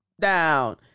down